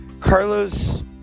Carlos